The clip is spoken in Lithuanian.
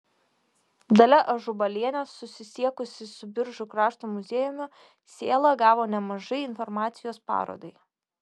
dalia ažubalienė susisiekusi su biržų krašto muziejumi sėla gavo nemažai informacijos parodai